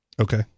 Okay